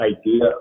idea